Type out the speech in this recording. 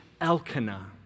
Elkanah